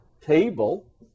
table